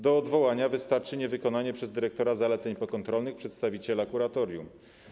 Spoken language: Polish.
Do odwołania wystarczy niewykonanie przez dyrektora zaleceń pokontrolnych przedstawiciela kuratorium.